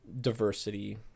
diversity